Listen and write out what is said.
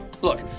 Look